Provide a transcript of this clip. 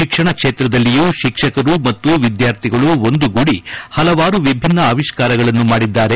ಶಿಕ್ಷಣ ಕ್ಷೇತ್ರದಲ್ಲಿಯೂ ಶಿಕ್ಷಕರು ಮತ್ತು ವಿದ್ಯಾರ್ಥಿಗಳು ಒಂದುಗೂಡಿ ಪಲವಾರು ವಿಭಿನ್ನ ಆವಿಷ್ಠಾರಗಳನ್ನು ಮಾಡಿದ್ದಾರೆ